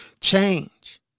change